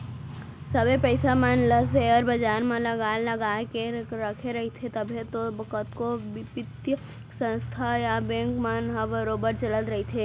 सबे पइसा मन ल सेयर बजार म लगा लगा के रखे रहिथे तभे तो कतको बित्तीय संस्था या बेंक मन ह बरोबर चलत रइथे